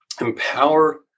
empower